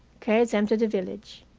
carried them to the village.